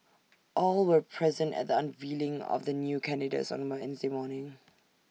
all were present at the unveiling of the new candidates on Wednesday morning